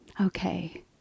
Okay